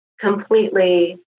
completely